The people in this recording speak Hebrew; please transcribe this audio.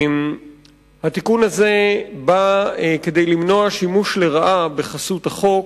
התיקון הזה בא כדי למנוע שימוש לרעה בחסות החוק,